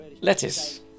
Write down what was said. Lettuce